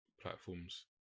platforms